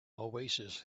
oasis